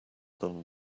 than